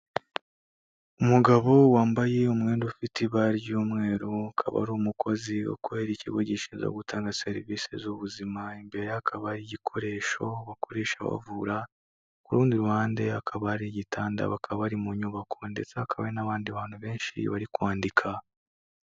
Umugabo wambaye umwenda ufite ibara ry'umweru, akaba ari umukozi ukorera ikigo gishinzwe gutanga serivise z'ubuzima, imbere ye hakaba hari igikoresho bakoresha bavura, ku rundi ruhande hakaba ari igitanda, bakaba bari mu nyubako ndetse hakaba n'abandi bantu benshi bari kwandika.